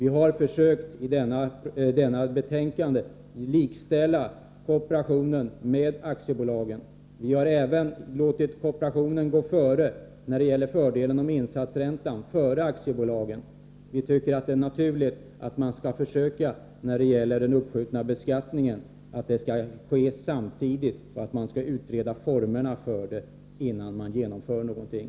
I detta betänkande har vi försökt att likställa kooperationen med aktiebolagen. Vi har även vad gäller fördelen med insatsräntan låtit kooperationen gå före aktiebolagen. Vi tycker att det är naturligt att man när det gäller den uppskjutna beskattningen strävar efter att det sker samtidigt och att man utreder formerna för detta innan man genomför någonting.